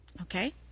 Okay